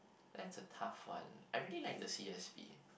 that's the tough one I really like the C_S_P